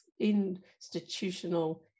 institutional